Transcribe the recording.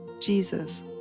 Jesus